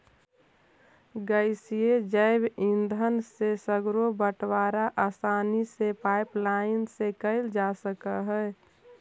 गैसीय जैव ईंधन से सर्गरो बटवारा आसानी से पाइपलाईन से कैल जा सकऽ हई